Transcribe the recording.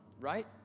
right